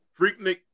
Freaknik